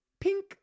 pink